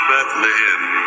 Bethlehem